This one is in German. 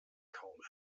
kaum